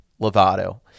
Lovato